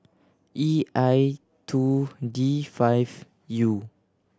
E I two D five U